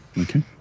Okay